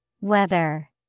Weather